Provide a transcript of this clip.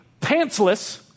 pantsless